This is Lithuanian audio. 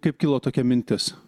kaip kilo tokia mintis